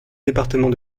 département